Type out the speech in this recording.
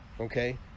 okay